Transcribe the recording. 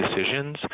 decisions